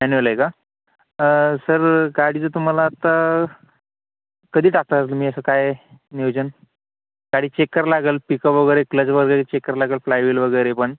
manual आहे का sir गाडीचं तुम्हाला आत्ता कधी टाकताल तुम्ही असं काय नियोजन गाडी चेक करा लागेल पिकअप वगैरे क्लच वगैरे चेक करा लागेल फ्लायव्हील वगैरे पण